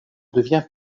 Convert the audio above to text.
devient